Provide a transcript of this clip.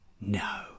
No